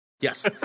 Yes